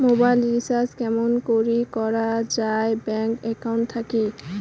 Mobile recharge কেমন করি করা যায় ব্যাংক একাউন্ট থাকি?